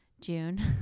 June